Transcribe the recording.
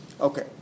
Okay